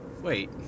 wait